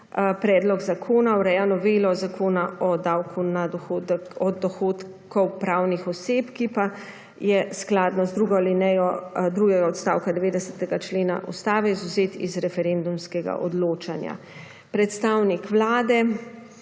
Predlog zakona ureja novelo Zakona o davku od dohodkov pravnih oseb, ki pa je skladno z drugo alinejo drugega odstavka 90. člena Ustave izvzet iz referendumskega odločanja. Predstavnik vlade